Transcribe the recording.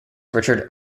richard